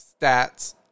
stats